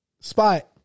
spot